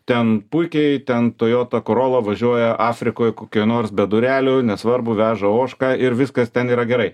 ten puikiai ten toyota corolla važiuoja afrikoj kokioj nors be durelių nesvarbu veža ožką ir viskas ten yra gerai